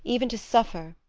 even to suffer,